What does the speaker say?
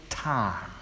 Time